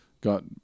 got